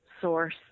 source